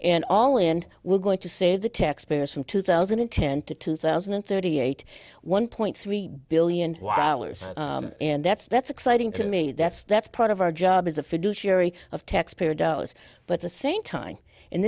and all and we're going to save the taxpayers from two thousand and ten to two thousand and thirty eight one point three billion dollars and that's that's exciting to me that's that's part of our job as a fiduciary of taxpayer dollars but the same time